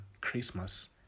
Christmas